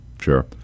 Sure